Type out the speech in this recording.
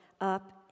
up